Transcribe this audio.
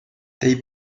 they